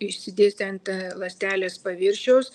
išsidėstę ant ląstelės paviršiaus